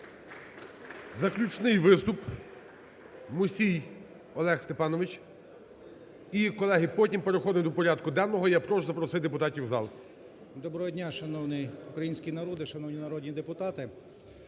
Доброго дня, шановний український народе, шановні народні депутати!